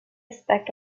aspect